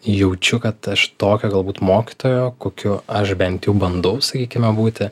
jaučiu kad aš tokio galbūt mokytojo kokiu aš bent jau bandau sakykime būti